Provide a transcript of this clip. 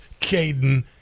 Caden